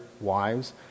wives